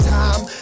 time